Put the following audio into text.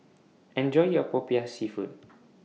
Enjoy your Popiah Seafood